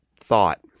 thought